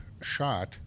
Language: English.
shot